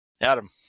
Adam